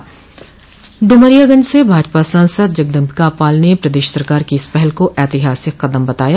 ड़ुमरियागंज से भाजपा सांसद जगदम्बिका पाल ने प्रदेश सरकार की इस पहल को ऐतिहासिक कदम बताया